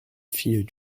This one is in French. fille